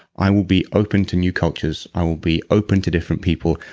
i will be open to new cultures, i will be open to different people.